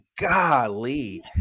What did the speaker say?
golly